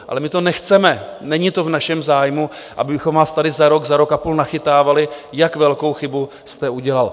Ale my to nechceme, není to v našem zájmu, abychom vás tady za rok, za rok a půl nachytávali, jak velkou chybu jste udělal.